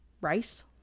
Rice